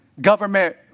government